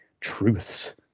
truths